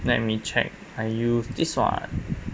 let me check I use this [one]